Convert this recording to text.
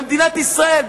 במדינת ישראל,